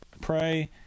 pray